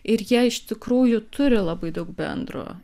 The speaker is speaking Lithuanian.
ir jie iš tikrųjų turi labai daug bendro